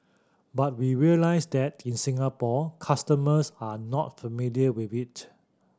but we realise that in Singapore customers are not familiar with it